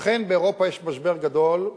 אכן, באירופה יש משבר גדול,